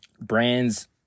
brands